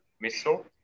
missile